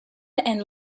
and